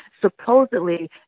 supposedly